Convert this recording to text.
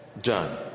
Done